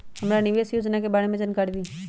हमरा निवेस योजना के बारे में जानकारी दीउ?